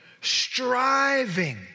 striving